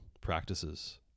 practices